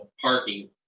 parking